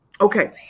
Okay